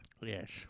Yes